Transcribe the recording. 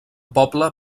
poble